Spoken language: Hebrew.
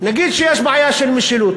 נגיד שיש בעיה של משילות,